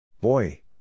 Boy